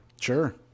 Sure